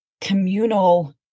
communal